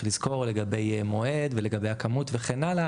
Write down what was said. לסקור לגבי מועד ולגבי הכמות וכן הלאה,